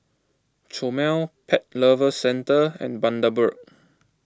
Chomel Pet Lovers Centre and Bundaberg